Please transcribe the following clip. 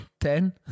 ten